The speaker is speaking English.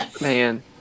Man